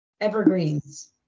evergreens